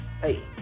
Hey